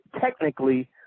technically